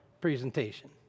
presentation